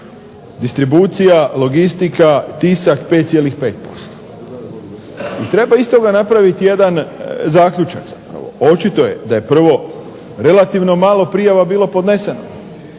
distribucija, logistika, tisak 5,5. I treba iz toga napraviti jedan zaključak. Očito je da je prvo, relativno malo prijava bilo podneseno,